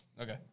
Okay